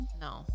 no